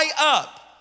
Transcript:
up